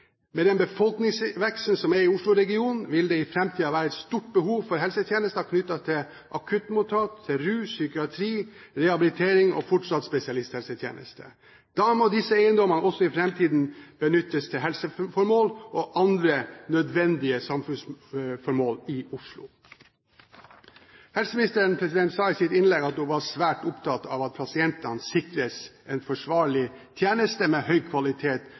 Med den befolkningsveksten som er i Oslo-regionen, vil det i framtiden være et stort behov for helsetjenester knyttet til akuttmottak, rus, psykiatri, rehabilitering og fortsatt spesialisthelsetjeneste. Da må disse eiendommene også i framtiden benyttes til helseformål og andre nødvendige samfunnsformål i Oslo. Helseministeren sa i sitt innlegg at hun var svært opptatt av at pasientene sikres en forsvarlig tjeneste, med høy kvalitet